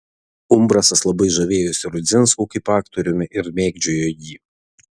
umbrasas labai žavėjosi rudzinsku kaip aktoriumi ir mėgdžiojo jį